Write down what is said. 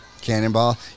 Cannonball